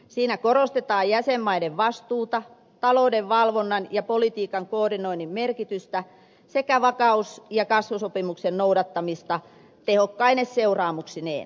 siinä korostetaan jäsenmaiden vastuuta talouden valvonnan ja politiikan koordinoinnin merkitystä sekä vakaus ja kasvusopimuksen noudattamista tehokkaine seuraamuksineen